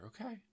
okay